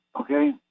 Okay